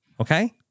Okay